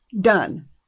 done